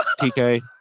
TK